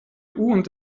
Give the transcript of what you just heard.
und